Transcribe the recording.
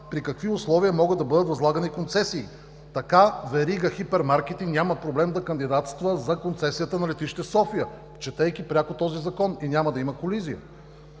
при какви условия могат да бъдат възлагани концесии. Така верига хипермаркети няма проблем да кандидатства за концесията на летище София, четейки пряко този Закон, и няма да има колизия.